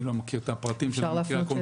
אני לא מכיר את הפרטים של המקרה הקונקרטי,